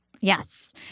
Yes